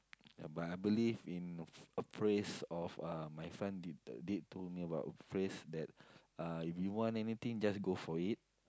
ya but I believe in a phr~ a phrase of uh my friend did did to me about a phrase that uh if you want anything just go for it